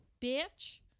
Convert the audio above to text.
bitch